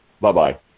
Bye-bye